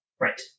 Right